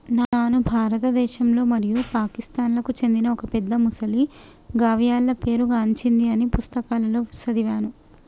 నాను భారతదేశంలో మరియు పాకిస్తాన్లకు చెందిన ఒక పెద్ద మొసలి గావియల్గా పేరు గాంచింది అని పుస్తకాలలో సదివాను